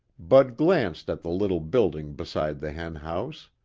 bud glanced at the little building beside the hen house.